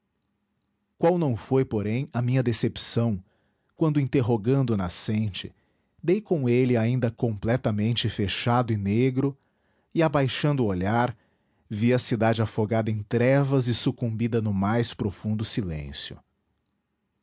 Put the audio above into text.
qual não foi porém a minha decepção quando interrogando o nascente dei com ele ainda completamente fechado e negro e abaixando o olhar vi a cidade afogada em trevas e sucumbida no mais profundo silêncio